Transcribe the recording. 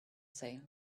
sale